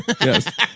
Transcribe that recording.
Yes